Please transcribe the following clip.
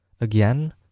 Again